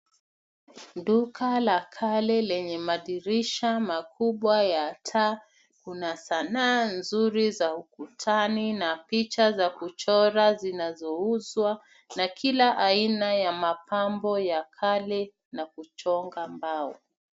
Duka la kale lenye madirisha makubwa ya taa. Kuna sanaa nzuri za ukutani na picha za kuchora zinazouzwa na kila aina ya mapambo ya kale na kuchonga mbao.